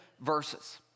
verses